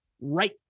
right